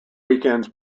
weekends